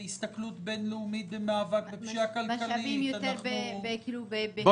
בהסתכלות בין-לאומית במאבק בפשיעה כלכלית -- אנחנו --- בטכנולוגיה?